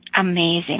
Amazing